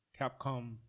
Capcom